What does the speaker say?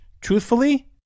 truthfully